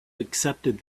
accepted